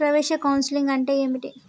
ప్రవేశ కౌన్సెలింగ్ అంటే ఏమిటి?